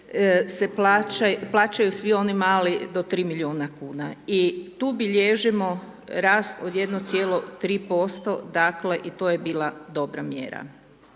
plaćaju svi oni mali do 3 milijuna kuna. I tu bilježimo rast od 1,3%, dakle, i to je bila dobra mjera.